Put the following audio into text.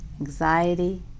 anxiety